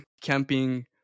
camping